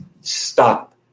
Stop